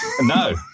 No